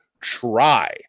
try